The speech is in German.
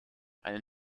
eine